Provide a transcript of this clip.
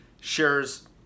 shares